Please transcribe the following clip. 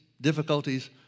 difficulties